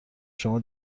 شما